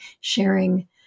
sharing